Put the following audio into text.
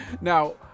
Now